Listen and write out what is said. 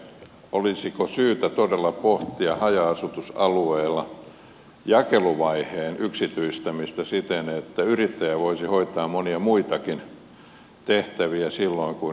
olisiko syytä todella pohtia haja asutusalueilla jakeluvaiheen yksityistämistä siten että yrittäjä voisi hoitaa monia muitakin tehtäviä silloin kun jakaa postia